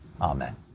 amen